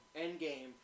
Endgame